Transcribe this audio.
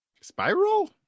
Spiral